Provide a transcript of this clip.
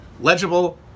legible